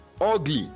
ugly